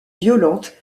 violentes